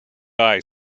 eye